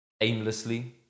aimlessly